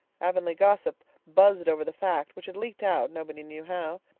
avonlea gossip buzzed over the fact, which had leaked out, nobody knew how.